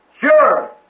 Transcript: Sure